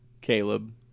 Caleb